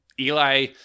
Eli